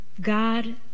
God